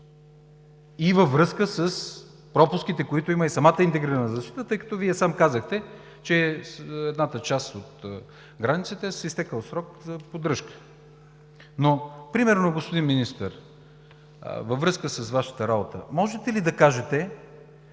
и във връзка с пропуските, които има самата интегрирана защита, тъй като Вие сам казахте, че едната част от границата е с изтекъл срок за поддръжка? Но примерно, господин Министър, във връзка с Вашата работа можете ли да кажете